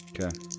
Okay